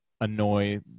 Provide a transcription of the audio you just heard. annoy